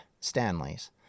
Stanley's